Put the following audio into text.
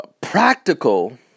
practical